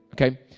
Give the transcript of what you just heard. Okay